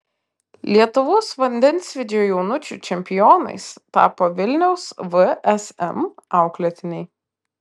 lietuvos vandensvydžio jaunučių čempionais tapo vilniaus vsm auklėtiniai